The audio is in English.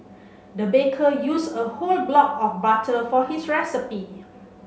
the baker used a whole block of butter for his recipe